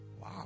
Wow